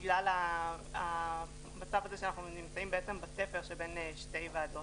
בגלל המצב הזה שאנחנו נמצאים בתפר שבין שתי הוועדות.